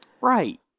Right